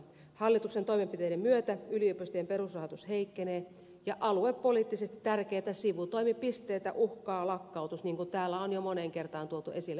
hallituksen toimenpiteiden myötä yliopistojen perusrahoitus heikkenee ja aluepoliittisesti tärkeitä sivutoimipisteitä esimerkiksi useita opettajankoulutuslaitoksia uhkaa lakkautus niin kuin täällä on jo moneen kertaan tuotu esille